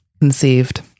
conceived